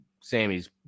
sammy's